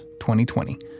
2020